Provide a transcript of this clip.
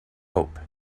hope